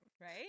Right